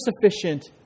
sufficient